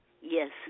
yes